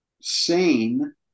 sane